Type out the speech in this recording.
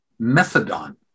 methadone